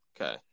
Okay